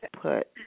put